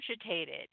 agitated